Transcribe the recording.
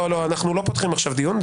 אנחנו לא פותחים עכשיו דיון.